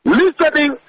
listening